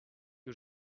que